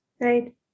right